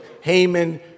Haman